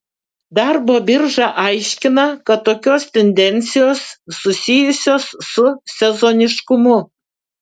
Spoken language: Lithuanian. darbo birža aiškina kad tokios tendencijos susijusios su sezoniškumu